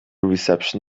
reception